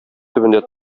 төбендә